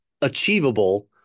achievable